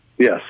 Yes